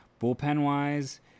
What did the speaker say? Bullpen-wise